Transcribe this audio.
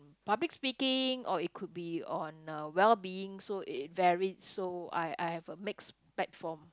public speaking or it could on a well being so it varies so I I have a mix platform